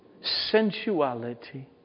sensuality